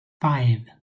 five